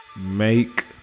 make